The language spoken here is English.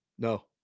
No